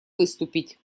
выступить